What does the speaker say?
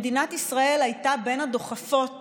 מדינת ישראל הייתה בין הדוחפות